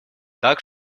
так